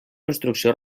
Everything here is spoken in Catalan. construcció